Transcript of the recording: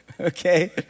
okay